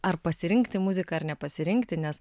ar pasirinkti muziką ar nepasirinkti nes